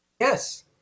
yes